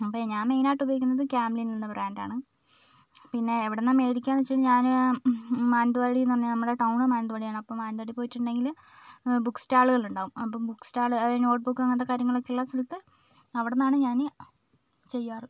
അപ്പോൾ ഞാൻ മെയിൻ ആയിട്ട് ഉപയോഗിക്കുന്നത് കാംലിൻ എന്ന ബ്രാൻഡാണ് പിന്നെ എവിടുന്നാണ് മേടിക്കുക എന്ന് വെച്ചാൽ ഞാൻ മാനന്തവാടിന്ന് പറഞ്ഞ് നമ്മുടെ ടൗണ് മാനന്തവാടിയാണ് അപ്പം മാനന്തവാടിയിൽ പോയിട്ടുണ്ടെങ്കിൽ ബുക്ക് സ്റ്റാളുകളുണ്ടാവും അപ്പോൾ ബുക്ക് സ്റ്റാള് അതായത് നോട്ട് ബുക്ക് അങ്ങനത്തെ കാര്യങ്ങളൊക്കെയുള്ള സ്ഥലത്ത് അവിടുന്നാണ് ഞാൻ ചെയ്യാറ്